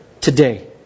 today